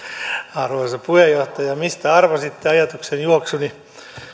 arvoisa puheenjohtaja mistä arvasitte ajatuksenjuoksuni